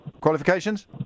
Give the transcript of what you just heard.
Qualifications